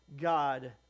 God